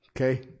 Okay